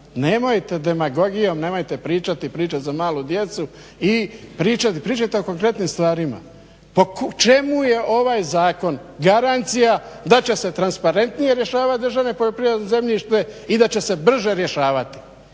Nemojte demagogijom, nemojte pričati priče za malu djecu. Pričajte o konkretnim stvarima. Po čemu je ovaj zakon garancija da će se transparentnije rješavati državno poljoprivredno zemljište i da će se brže rješavati?